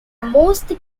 most